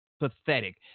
Pathetic